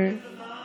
צריך להחליף את העם.